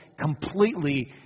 completely